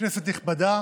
כנסת נכבדה,